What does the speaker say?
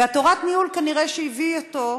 ותורת הניהול שכנראה הביאה אותו,